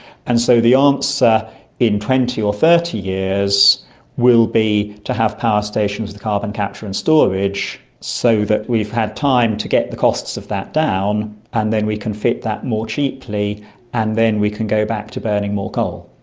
and so the answer in twenty or thirty years will be to have power stations with carbon capture and storage so that we've had time to get the costs of that down and then we can fit that more cheaply and then we can go back to burning more coal.